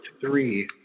three